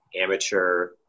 amateur